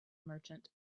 merchant